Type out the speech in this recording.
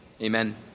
Amen